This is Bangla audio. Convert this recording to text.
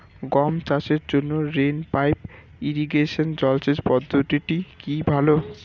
গম চাষের জন্য রেইন পাইপ ইরিগেশন জলসেচ পদ্ধতিটি কি ভালো?